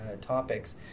topics